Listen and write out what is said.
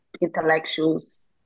intellectuals